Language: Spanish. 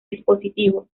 dispositivo